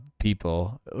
people